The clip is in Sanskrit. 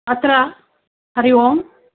अत्र हरिः ओम्